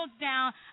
down